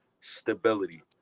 stability